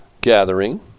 gathering